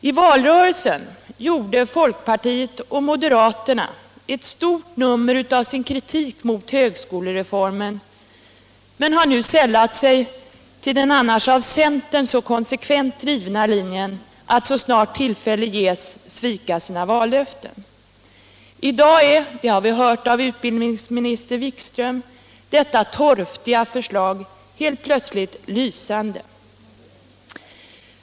I valrörelsen gjorde folkpartiet och moderaterna ett stort nummer av sin kritik mot högskolereformen men har nu anslutit sig till den annars av centern så konsekvent drivna linjen att så snart tillfälle ges svika sina vallöften. I dag är — det har vi hört av utbildningsminister Wikström — detta torftiga förslag helt plötsligt lysande.